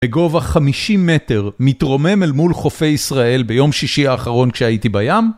בגובה 50 מטר מתרומם אל מול חופי ישראל ביום שישי האחרון כשהייתי בים?